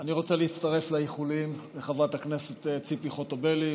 אני רוצה להצטרף לאיחולים לחברת הכנסת ציפי חוטובלי.